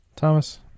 Thomas